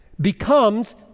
becomes